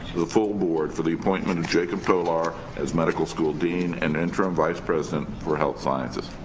the full board, for the appointment of jakub tolar as medical school dean and interim vice president for health sciences.